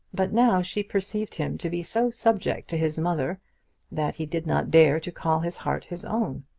but now she perceived him to be so subject to his mother that he did not dare to call his heart his own.